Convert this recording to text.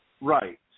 Right